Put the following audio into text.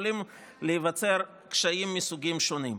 יכולים להיווצר קשיים מסוגים שונים.